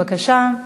בבקשה.